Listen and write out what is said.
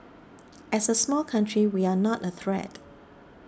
as a small country we are not a threat